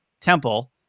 temple